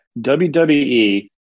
WWE